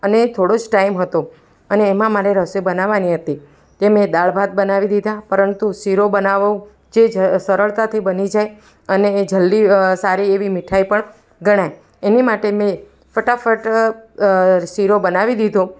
અને થોડો જ ટાઈમ હતો અને એમાં મારે રસોઈ બનાવવાની હતી તે મેં દાળ ભાત બનાવી દીધા પરંતુ શીરો બનાવવો જે સરળતાથી બની જાય અને એ જલદી સારી એવી મીઠાઈ પણ ગણાય એની માટે મેં ફટાફટ શીરો બનાવી દીધો